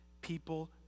People